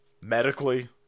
medically